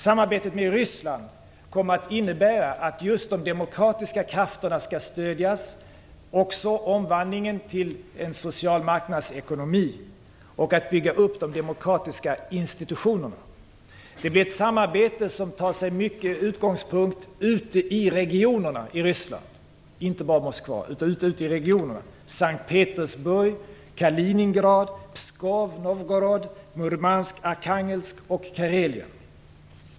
Samarbetet med Ryssland kommer att innebära att de demokratiska krafterna skall stödjas, liksom omvandlingen till en social marknadsekonomi och att man bygger upp de demokratiska institutionerna. Det blir ett samarbete som i mycket tar utgångspunkt ute i regionerna i Ryssland: S:t Petersburg, Kaliningrad, Karelen - alltså inte bara Moskva.